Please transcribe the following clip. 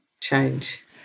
change